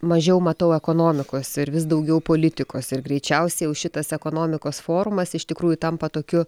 mažiau matau ekonomikos ir vis daugiau politikos ir greičiausiai jau šitas ekonomikos forumas iš tikrųjų tampa tokiu